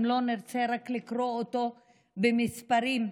אם נרצה לקרוא אותו לא רק במספרים,